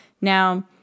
Now